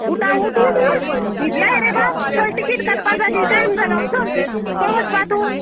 उठा उठ उठ उठ न्हिदलाय रे बाब चल टिकीट काडपाक जाली टायम जालो चल खंय वचपा तूं